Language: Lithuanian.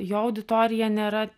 jo auditorija nėra